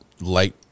light